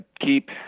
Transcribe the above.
keep